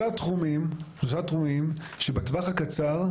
דיברנו על שלושה תחומים שבטווח הקצר,